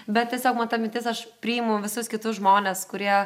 bet tiesiog ta mintis aš priimu visus kitus žmones kurie